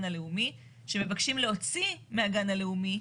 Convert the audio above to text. הלאומי שמבקשים להוציא מהגן הלאומי,